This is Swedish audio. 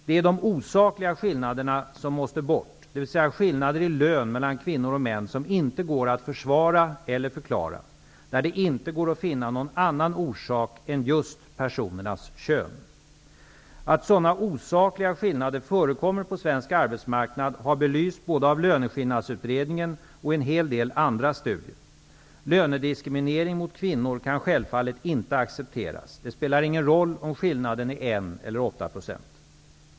Det är de osakliga skillnaderna som måste bort, dvs. skillnader i lön mellan kvinnor och män som inte går att försvara eller förklara -- där det inte går att finna någon annan orsak än just personernas kön. Att sådana osakliga skillnader förekommer på svensk arbetsmarknad har belysts både av Löneskillnadsutredningen och i en hel del andra studier. Lönediskriminering mot kvinnor kan självfallet inte accepteras. Det spelar ingen roll om skillnaden är 1 eller 8 %.